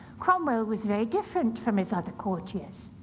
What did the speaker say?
cromwell was very different from his other courtiers.